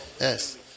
Yes